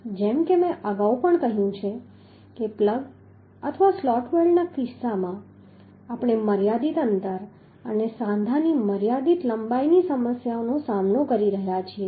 જેમ કે મેં અગાઉ પણ કહ્યું છે કે પ્લગ અથવા સ્લોટ વેલ્ડના કિસ્સામાં આપણે મર્યાદિત અંતર અને સાંધાની મર્યાદિત લંબાઈની સમસ્યાઓનો સામનો કરી રહ્યા છીએ